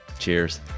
Cheers